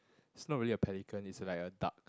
is not really a pelican is like a duck